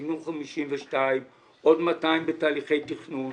מוגנו 52 ועוד 200 בתהליכי תכנון.